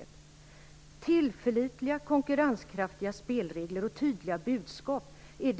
Det skall finnas tillförlitliga och konkurrenskraftiga spelregler och ges tydliga budskap om